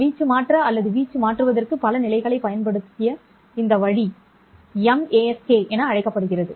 வீச்சு மாற்ற அல்லது வீச்சு மாற்றுவதற்கு பல நிலைகளைப் பயன்படுத்திய இந்த வழி M ASK என அழைக்கப்படுகிறது